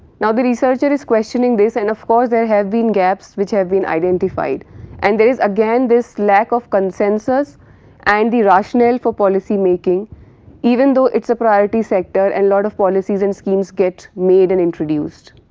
now the researcher is questioning this and of course there have been gaps which have been identified and there is again this lack of consensus and the rationale for policy making even though it is a priority sector and lot of policies and schemes get made and introduced.